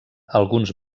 alguns